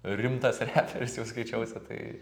rimtas reperis jau skaičiausi tai